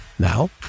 Now